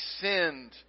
sinned